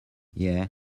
yeah